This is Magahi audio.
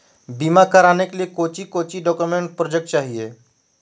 बीमा कराने के लिए कोच्चि कोच्चि डॉक्यूमेंट प्रोजेक्ट चाहिए?